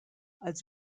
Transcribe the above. als